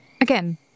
Again